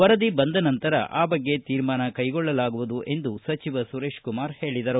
ವರದಿ ಬಂದ ನಂತರ ಆ ಬಗ್ಗೆ ತೀರ್ಮಾನ ಕೈಗೊಳ್ಳಲಾಗುವುದು ಎಂದು ಅವರು ಹೇಳಿದರು